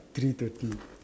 three thirty